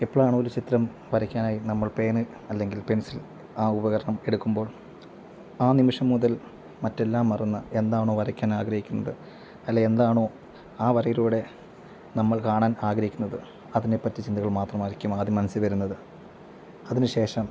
എപ്പോഴാണോ ഒരു ചിത്രം വരയ്ക്കാനായി നമ്മൾ പേന അല്ലെങ്കിൽ പെൻസിൽ ആ ഉപകരണം എടുക്കുമ്പോൾ ആ നിമിഷം മുതൽ മറ്റെല്ലാം മറന്ന് എന്താണോ വരയ്ക്കാൻ ആഗ്രഹിക്കുന്നത് അല്ലെങ്കിൽ എന്താണോ ആ വരയിലൂടെ നമ്മൾ കാണാൻ ആഗ്രഹിക്കുന്നത് അതിനെ പറ്റി ചിന്തകൾ മാത്രമായിരിക്കും ആദ്യം മനസ്സിൽ വരുന്നത് അതിനുശേഷം